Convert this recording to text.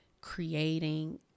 creating